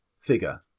figure